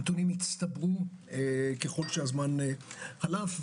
הם הצטברו ככל שהזמן חלף,